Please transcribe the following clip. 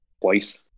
twice